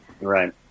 Right